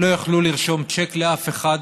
לא יוכלו לרשום צ'ק לאף אחד.